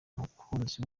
umukunzi